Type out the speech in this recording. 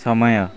ସମୟ